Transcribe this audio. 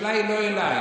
השאלה היא לא אליי.